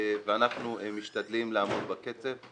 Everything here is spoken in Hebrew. ואנחנו משתדלים לעמוד בקצב.